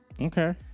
Okay